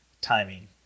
Timing